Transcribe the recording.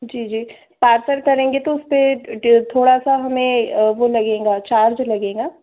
जी जी पार्सल करेंगे तो उस पर डे थोड़ा सा हमें वह लगेगा चार्ज लगेगा